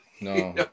No